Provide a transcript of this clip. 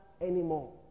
anymore